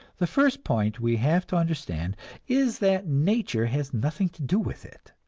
the first point we have to understand is that nature has nothing to do with it.